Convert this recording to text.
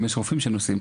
גם יש רופאים שנוסעים.